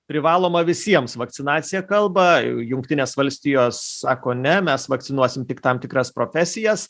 privalomą visiems vakcinaciją kalba jungtinės valstijos sako ne mes vakcinuosim tik tam tikras profesijas